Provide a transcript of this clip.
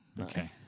Okay